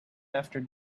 after